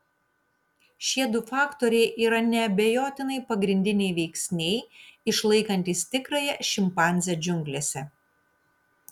šie du faktoriai yra neabejotinai pagrindiniai veiksniai išlaikantys tikrąją šimpanzę džiunglėse